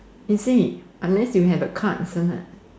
he say it unless you have a card inside